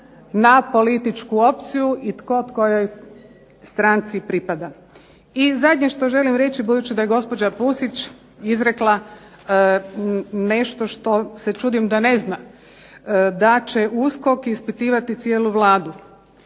na političku opciju i tko kojoj stranci pripada. I zadnje što želim reći budući da je gospođa Pusić izrekla nešto što se čudim da ne zna, da će USKOK ispitivati cijelu Vladu.